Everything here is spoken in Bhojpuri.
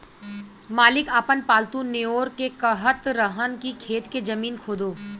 मालिक आपन पालतु नेओर के कहत रहन की खेत के जमीन खोदो